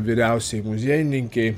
vyriausiajai muziejininkei